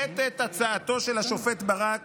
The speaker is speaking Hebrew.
הצעתו של השופט ברק